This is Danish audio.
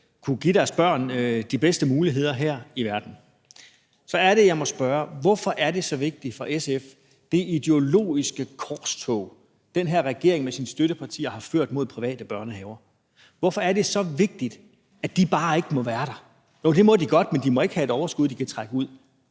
kunne give deres børn de bedste muligheder her i verden. Så er det, jeg må spørge: Hvorfor er det her ideologiske korstog, som den her regering med sine støttepartier har ført mod private børnehaver, så vigtigt for SF? Hvorfor er det så vigtigt, at de bare ikke må være der? Jo, det må de godt, men de må ikke have et overskud, de kan trække ud.